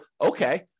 okay